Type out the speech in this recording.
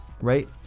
Right